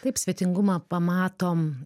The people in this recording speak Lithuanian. taip svetingumą pamatom